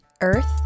earth